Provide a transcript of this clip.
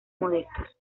modestos